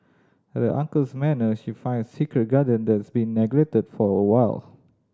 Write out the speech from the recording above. at the uncle's manor she finds a secret garden that's been neglected for a while